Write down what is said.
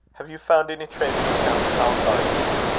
have you found any trace of count halkar, hugh?